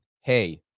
hey